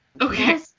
okay